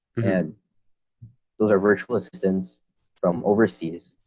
and those are virtual assistants from overseas.